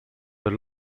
per